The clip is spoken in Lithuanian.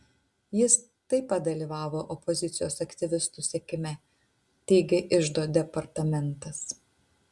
jis taip pat dalyvavo opozicijos aktyvistų sekime teigė iždo departamentas